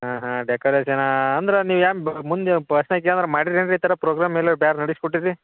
ಹಾಂ ಹಾಂ ಡೆಕೋರೇಷನಾ ಅಂದ್ರ ನೀವ್ಯಾನ್ ಮುಂದ್ಯ ಜನ ಮಾಡಿದ್ರೇನು ರೀ ಈ ಥರ ಪ್ರೋಗ್ರಾಮ್ ಮೇಲೆ ಬ್ಯಾರೆ ನಡೆಸಿ ಕೊಟ್ಟಿರಿ